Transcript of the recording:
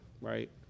right